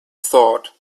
thought